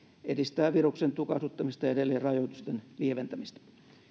edistää viruksen tukahduttamista ja edelleen rajoitusten lieventämistä